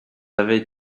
avaient